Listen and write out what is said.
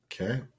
Okay